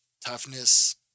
toughness